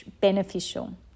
beneficial